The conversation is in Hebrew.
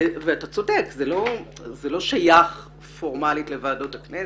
אתה צודק שזה לא שייך פורמלית לוועדות הכנסת,